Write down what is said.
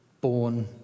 born